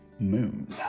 moon